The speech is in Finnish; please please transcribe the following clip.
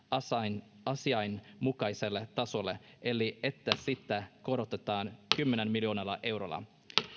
asianmukaiselle tasolle eli että sitä korotetaan kymmenellä miljoonalla eurolla